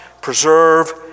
preserve